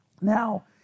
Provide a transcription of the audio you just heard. Now